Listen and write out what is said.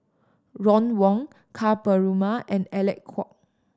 Ron Wong Ka Perumal and Alec Kuok